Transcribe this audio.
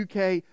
UK